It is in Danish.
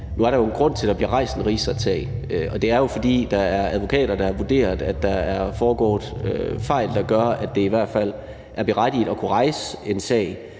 at der jo er en grund til, at der bliver rejst en rigsretssag. Det er jo, fordi der er advokater, der har vurderet, at der er foregået fejl, der gør, at det i hvert fald er berettiget at kunne rejse en sag.